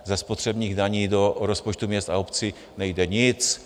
Ze spotřebních daní do rozpočtu města a obcí nejde nic.